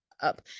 up